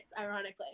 ironically